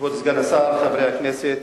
כבוד סגן השר, חברי הכנסת,